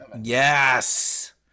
Yes